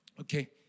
Okay